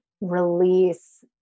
release